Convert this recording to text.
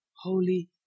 Holy